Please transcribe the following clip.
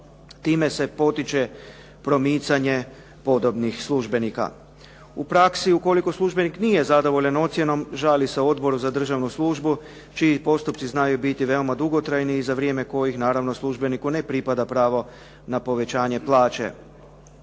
Time se potiče promicanje podobnih službenika. U praksi ukoliko službenik nije zadovoljan ocjenom žali se Odboru za državnu službu čiji postupci znaju biti veoma dugotrajni i za vrijeme kojih naravno službeniku ne pripada pravo na povećanje plaće.